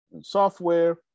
Software